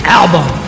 album